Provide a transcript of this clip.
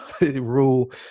rule